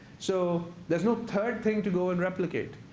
so there's no third thing to go and replicate.